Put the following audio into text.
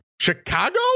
Chicago